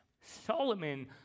Solomon